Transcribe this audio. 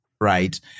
right